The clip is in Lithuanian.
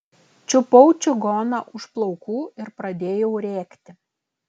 čiupau čigoną už plaukų ir pradėjau rėkti